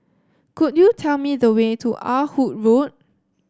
could you tell me the way to Ah Hood Road